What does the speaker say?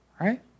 right